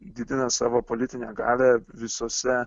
didina savo politinę galią visose